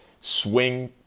swing